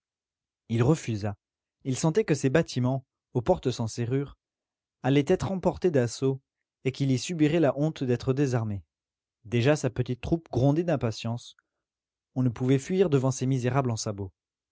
il refusa il sentait que ces bâtiments aux portes sans serrure allaient être emportés d'assaut et qu'il y subirait la honte d'être désarmé déjà sa petite troupe grondait d'impatience on ne pouvait fuir devant ces misérables en sabots